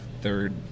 third